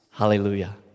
Hallelujah